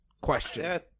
Question